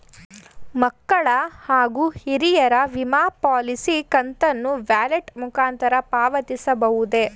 ಮಕ್ಕಳ ಹಾಗೂ ಹಿರಿಯರ ವಿಮಾ ಪಾಲಿಸಿ ಕಂತನ್ನು ವ್ಯಾಲೆಟ್ ಮುಖಾಂತರ ಪಾವತಿಸಬಹುದೇ?